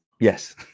yes